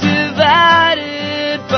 Divided